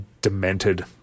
demented